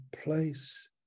place